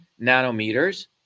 nanometers